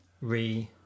re